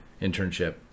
internship